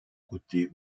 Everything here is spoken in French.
côté